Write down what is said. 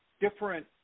different